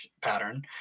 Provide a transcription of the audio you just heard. pattern